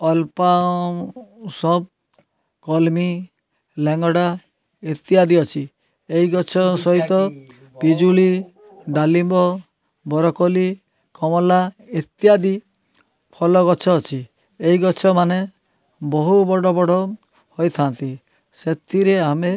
ଅଲ୍ପା ସକ୍ କଲମୀ ଲେଙ୍ଗେଡ଼ା ଇତ୍ୟାଦି ଅଛି ଏଇଗଛ ସହିତ ପିଜୁଳି ଡାଲିମ୍ବ ବରକୋଲି କମଲା ଇତ୍ୟାଦି ଫଲଗଛ ଅଛି ଏଇଗଛ ମାନେ ବହୁ ବଡ଼ ବଡ଼ ହୋଇଥାନ୍ତି ସେଥିରେ ଆମେ